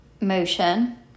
motion